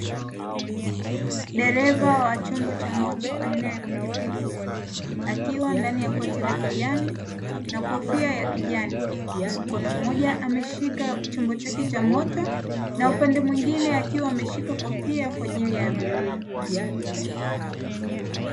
Dereva wa chombo cha moto aina ya pikipiki akiwa ndani ya koti la kijani na kofia ya kijani. Mkono mmoja ameshika chombo chake cha moto na upande mwingine akiwa ameshika kofia kwa ajili ya abiria.